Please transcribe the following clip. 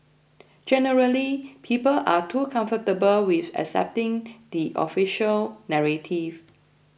generally people are too comfortable with accepting the official narrative